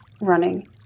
running